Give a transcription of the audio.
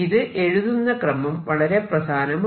ഇത് എഴുതുന്ന ക്രമം വളരെ പ്രധാനമാണ്